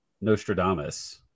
Nostradamus